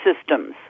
systems